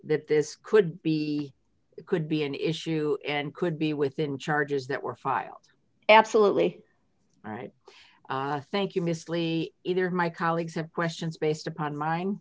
that this could be could be an issue and could be within charges that were filed absolutely right thank you miss lee either my colleagues have questions based upon mine